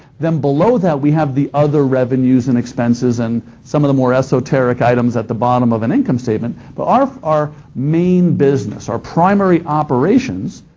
then below that we have the other revenues and expenses and some of the more esoteric items at the bottom of an income statement, but our our main business, our primary operations,